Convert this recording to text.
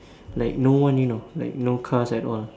like no one you know like no cars at all